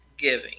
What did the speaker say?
giving